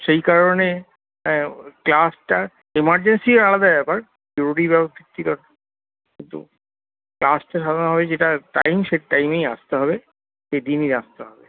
এই কারণে ক্লাসটা এমারজেন্সি আলাদা ব্যাপার হবে যেটা টাইম সেই টাইমেই আসতে হবে সেইদিনই আসতে হবে